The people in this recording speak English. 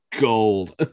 gold